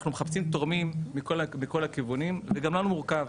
אנחנו מחפשים תורמים מכל הכיוונים וגם לנו מורכב